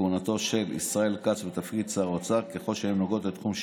כהונתו של ישראל כץ בתפקיד שר אוצר, ככל